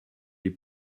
les